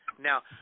Now